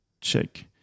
check